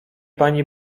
pani